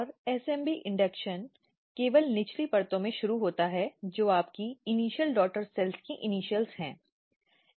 और SMB induction केवल निचली परत में शुरू होता है जो आपकी इनिशियल डॉटर सेल्स की इनिशियल्स हैं